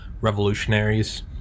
revolutionaries